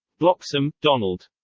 bloxham, donald.